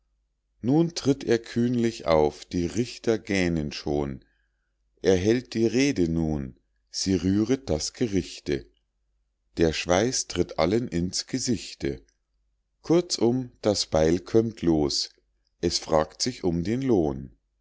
nun tritt er kühnlich auf die richter gähnen schon er hält die rede nun sie rühret das gerichte der schweiß tritt allen in's gesichte kurzum das beil kömmt los es fragt sich um den lohn